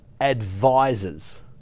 advisors